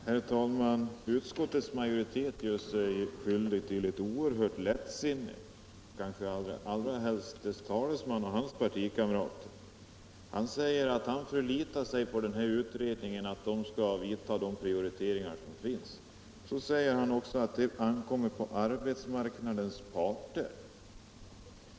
Herr talman! Utskottets majoritet gör sig skyldig till ett oerhört lättsinne, i synnerhet dess talesman och hans partikamrater. Herr Johnsson i Blentarp säger att han förlitar sig på att den här utredningen skall göra de prioriteringar som är möjliga. Sedan säger herr Johnsson att det ankommer på arbetsmarknadens parter att göra den här avvägningen.